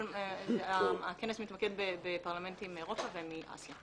אבל הכנס מתמקד בפרלמנטים מאירופה ואני אעדכן.